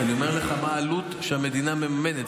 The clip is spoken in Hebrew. אני אומר לך מה העלות שהמדינה מממנת.